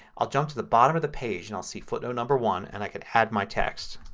i'll jump to the bottom of the page and i'll see footnote number one and i can add my text.